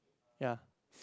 ya